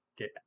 Okay